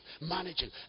Managing